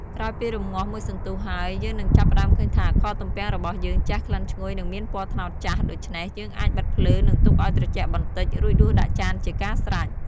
ក្រោយពីរំងាស់មួយសន្ទុះហើយ យើងនឹងចាប់ផ្ដើមឃើញថា ខទំំពាំងរបស់យើងជះក្លិនឈ្ងុយ និងមានពណ៌ត្នោតចាស់ ដូច្នេះ យើងអាចបិទភ្លើង និងទុកឱ្យត្រចាក់បន្តិច រួចដួសដាក់ចានជាការស្រេច។